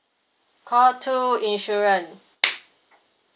call two insurance